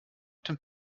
dem